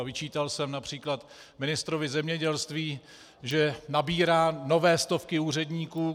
Vyčítal jsem například ministrovi zemědělství, že nabírá nové stovky úředníků.